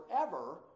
forever